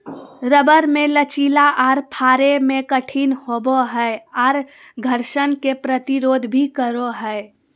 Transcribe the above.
rubber मे लचीला आर फाड़े मे कठिन होवो हय आर घर्षण के प्रतिरोध भी करो हय